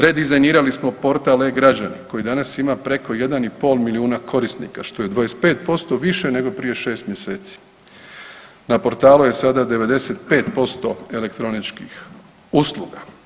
Redizajnirali smo portal e-Građani koji danas ima preko 1,5 milijuna korisnika, što je 25% više nego prije šest mjeseci, na portalu je sada 95% elektroničkih usluga.